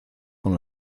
con